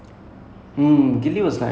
Thirupachi